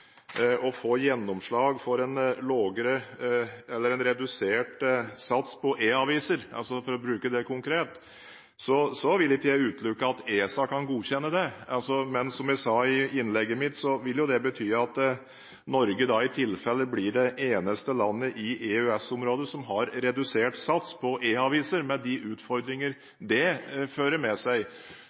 konkret, så vil ikke jeg utelukke at ESA kan godkjenne det, men som jeg sa i innlegget mitt, vil det bety at Norge da i tilfelle blir det eneste landet i EØS-området som har redusert sats på e-aviser – med de utfordringer det fører med seg.